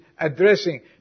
addressing